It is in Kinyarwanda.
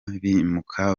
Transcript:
bimuka